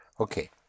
Okay